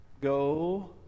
Go